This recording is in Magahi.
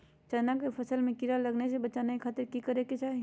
चना की फसल में कीड़ा लगने से बचाने के खातिर की करे के चाही?